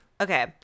Okay